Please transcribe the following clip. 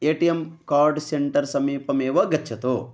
ए T M card centre समीपमेव गच्छतु